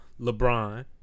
LeBron